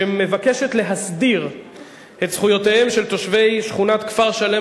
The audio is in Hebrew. שמבקשת להסדיר את זכויותיהם של תושבי שכונת כפר-שלם